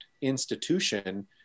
institution